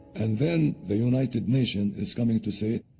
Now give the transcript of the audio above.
and then, the united nations is coming to say,